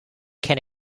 can